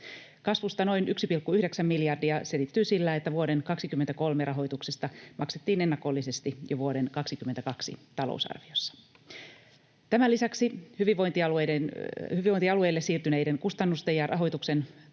Kasvusta noin 1,9 miljardia selittyy sillä, että vuoden 2023 rahoituksesta maksettiin ennakollisesti jo vuoden 2022 talousarviossa. Tämän lisäksi hyvinvointialueille siirtyneiden kustannusten ja rahoituksen tarkistus